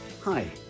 Hi